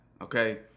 okay